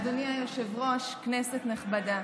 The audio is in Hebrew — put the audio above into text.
אדוני היושב-ראש, כנסת נכבדה,